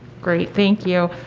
great thank you.